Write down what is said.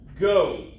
go